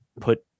put